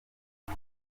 uru